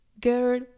girl